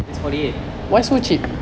is forty eight